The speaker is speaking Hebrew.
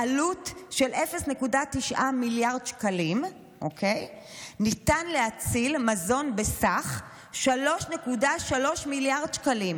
בעלות של 0.9 מיליארד שקלים ניתן להציל מזון בסך 3.3 מיליארד שקלים,